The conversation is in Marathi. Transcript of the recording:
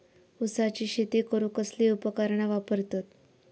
ऊसाची शेती करूक कसली उपकरणा वापरतत?